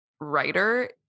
writer